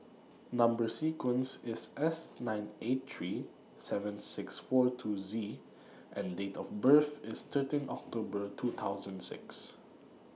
Number sequence IS S nine eight three seven six four two Z and Date of birth IS thirteen October two thousand six